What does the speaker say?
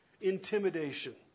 intimidation